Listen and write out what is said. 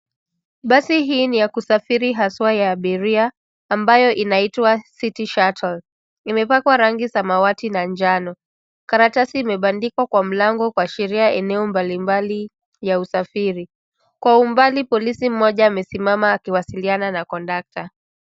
Basi hii ni ya kusafiri haswa ya abiria ambayo inaitwa city shuttle . Imepakwa rangi ya samawati na njano. Karatasi imebandikwa kwa mlango kuashiria eneo mbalimbali ya usafiri. Kwa umbali polisi mmoja amesimama akiwasiliana na kondakta.